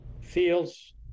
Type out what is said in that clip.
feels